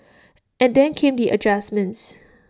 and then came the adjustments